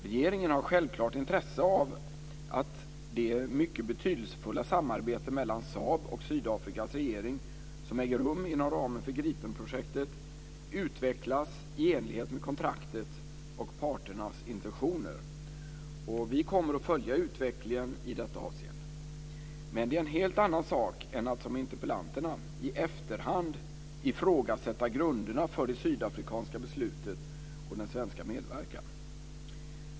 Regeringen har självklart intresse av att det mycket betydelsefulla samarbete mellan Saab och Sydafrikas regering som äger rum inom ramen för Gripenprojektet utvecklas i enlighet med kontraktet och parternas intentioner, och vi kommer att följa utvecklingen i detta avseende. Men det är en helt annan sak än att som interpellanterna i efterhand ifrågasätta grunderna för det sydafrikanska beslutet och den svenska medverkan.